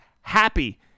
Happy